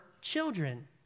children